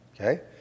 okay